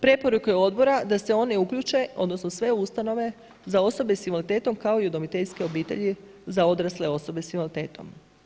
Preporuke odbora da se one uključe, odnosno sve ustanove za osobe s invaliditetom kao i udomiteljske obitelji za odrasle osobe s invaliditetom.